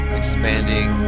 expanding